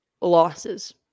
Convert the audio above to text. Losses